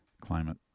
climate